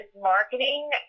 marketing